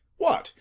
what,